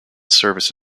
service